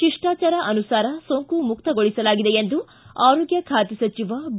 ಶಿಷ್ಟಾಚಾರ ಅನುಸಾರ ಸೋಂಕು ಮುಕ್ತಗೊಳಿಸಲಾಗಿದೆ ಎಂದು ಆರೋಗ್ಟ ಖಾತೆ ಸಚಿವ ಬಿ